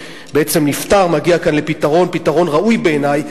שמגיע כאן לפתרון ראוי בעיני,